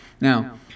Now